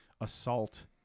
assault